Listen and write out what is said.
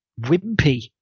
wimpy